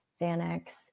Xanax